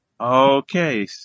Okay